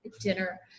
dinner